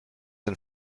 and